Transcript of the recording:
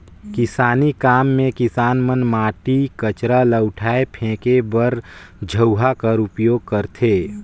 किसानी काम मे किसान मन माटी, कचरा ल उठाए फेके बर झउहा कर उपियोग करथे